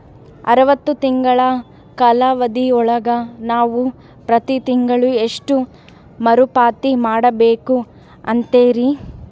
ಅರವತ್ತು ತಿಂಗಳ ಕಾಲಾವಧಿ ಒಳಗ ನಾವು ಪ್ರತಿ ತಿಂಗಳು ಎಷ್ಟು ಮರುಪಾವತಿ ಮಾಡಬೇಕು ಅಂತೇರಿ?